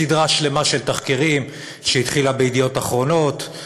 בסדרה שלמה של תחקירים שהתחילה ב"ידיעות אחרונות"